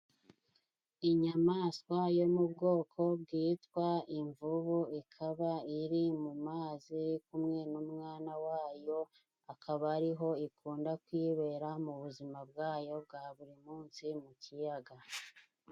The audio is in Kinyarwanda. Inyamaswa yo mu bwoko bwitwa imvubu ikaba iri mu mazi iri kumwe n'umwana wayo akaba ari ho ikunda kwibera mu buzima bwayo bwa buri munsi mu kiyaga.